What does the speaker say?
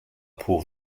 pour